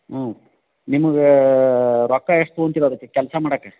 ಹ್ಞೂ ನಿಮ್ಗೆ ರೊಕ್ಕ ಎಷ್ಟು ತೊಗೊಳ್ತೀರ ಅದಕ್ಕೆ ಕೆಲಸ ಮಾಡಕ್ಕೆ